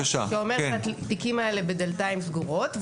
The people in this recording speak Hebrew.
שאומר שהתיקים האלה בדלתיים סגורות,